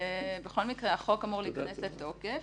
בכל מקרה, החוק אמור להיכנס לתוקף.